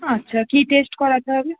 আচ্ছা কি টেস্ট করাতে হবে